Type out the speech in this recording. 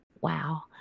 wow